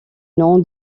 nom